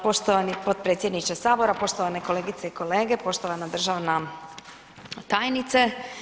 Poštovani podpredsjedniče Sabora, poštovane kolegice i kolege, poštovana državna tajnice.